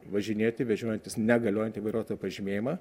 važinėti vežiojantis negaliojantį vairuotojo pažymėjimą